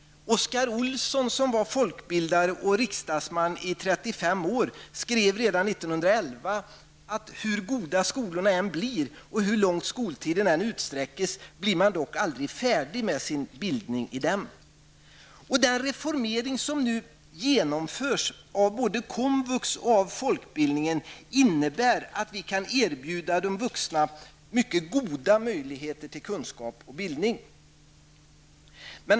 Oskar Olsson som var folkbildare och riksdagsman i 35 år, skrev redan 1911: ''Hur goda skolorna än blir, och hur långt skoltiden än utsträckes blir man dock aldrig färdig med sin bildning i dem.'' Den reformering som nu genomförs av både komvux och folkbildningen innebär att vi kan erbjuda de vuxna mycket goda möjligheter till kunskap och bildning.